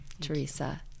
Teresa